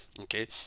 okay